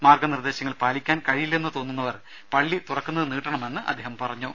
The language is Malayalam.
മാർഗ്ഗ നിർദ്ദേശങ്ങൾ പാലിക്കാൻ കഴിയില്ലെന്ന് തോന്നുന്നവർ പള്ളി തുറക്കുന്നത് നീട്ടണമെന്ന് അദ്ദേഹം പറഞ്ഞു